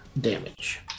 damage